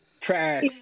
Trash